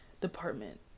department